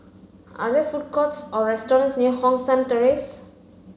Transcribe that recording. are there food courts or restaurants near Hong San Terrace